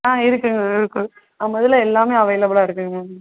ஆ இருக்குங்க மேம் இருக்கு நம்ம இதில் எல்லாமே அவைலபிளாக இருக்குங்க மேம்